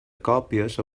còpies